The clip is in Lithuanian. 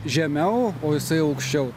žemiau o jisai aukščiau